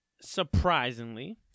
Surprisingly